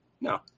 No